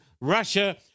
Russia